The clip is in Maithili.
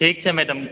ठीक छै मैडम